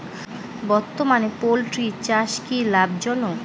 বর্তমানে পোলট্রি চাষ কি লাভজনক?